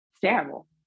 Terrible